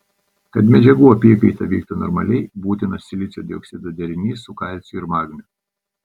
kad medžiagų apykaita vyktų normaliai būtinas silicio dioksido derinys su kalciu ir magniu